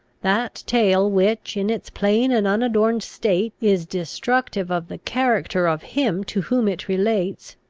that tale which, in its plain and unadorned state, is destructive of the character of him to whom it relates,